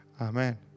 Amen